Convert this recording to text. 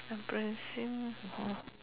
embarrassing orh